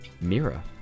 Mira